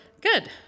Good